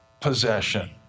possession